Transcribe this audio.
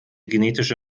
genetische